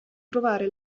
trovare